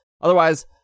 Otherwise